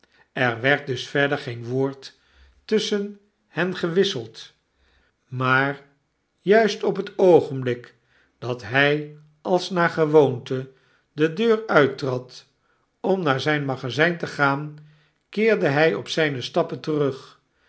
er werd dus verder geen woord tusschen hen gewisseld maar juist op het oogenblik dat hy als naar gewoonte de deur uittrad om naar zyn magazijn te gaan keerde hij op zijne stappen terug